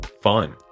fun